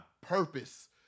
purpose